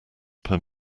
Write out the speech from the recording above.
per